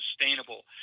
sustainable